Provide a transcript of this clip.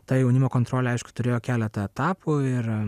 ta jaunimo kontrolė aišku turėjo keletą etapų ir